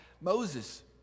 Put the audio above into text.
Moses